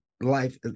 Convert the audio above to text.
life